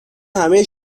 همه